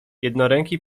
jednoręki